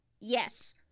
Yes